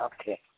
Okay